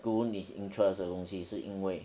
读你 interest 的东西是因为